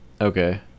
Okay